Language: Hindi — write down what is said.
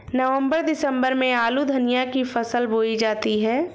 नवम्बर दिसम्बर में आलू धनिया की फसल बोई जाती है?